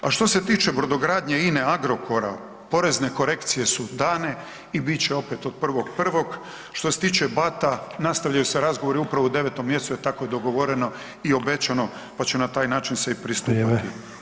A što se tiče brodogradnje, INA-e, Agrokora, porezne korekcije su dane i bit će opet od 1.1., što se tiče Bata nastavljaju se razgovori upravo u 9. mjesecu je tako i dogovoreno i obećano pa će se na taj način i pristupati.